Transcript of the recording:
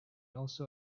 also